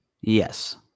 Yes